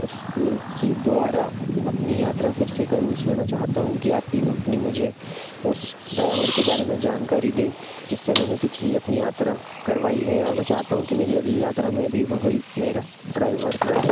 उसके ही द्वारा अपनी यात्रा फिर से करूँ इस लिए मैं चाहता हूँ कि आपकी कंपनी मुझे उस ड्राइवर के बारे में जानकारी दे जिससे मैंने पिछली अपनी यात्रा करवाई है और मैं चाहता हूँ कि मेरी अगली यात्रा में भी वह ही मेरा ड्राइवर रहे